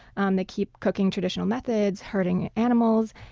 um they keep cooking traditional methods, herding animals,